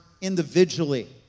individually